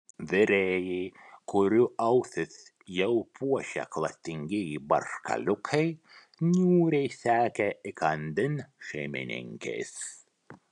virėjai kurių ausis jau puošė klastingieji barškaliukai niūriai sekė įkandin šeimininkės